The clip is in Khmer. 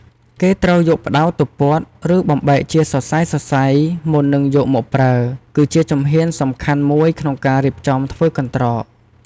គេត្រូវយកផ្ដៅទៅពត់ ឬបំបែកជាសរសៃៗមុននឹងយកមកប្រើ គឺជាជំហានសំខាន់មួយក្នុងការរៀបចំធ្វើកន្រ្តក។